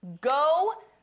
Go